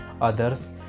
others